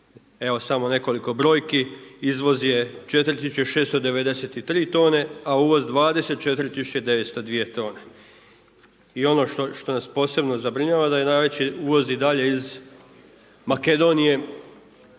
Evo samo nekoliko brojki, izvoz je 4693 tone a uvoz 24902 tone. I ono što nas posebno zabrinjava da je najveći uvoz i dalje iz Makedonije